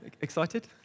Excited